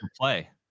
play